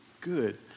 good